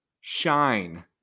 Shine